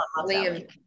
Liam